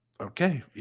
Okay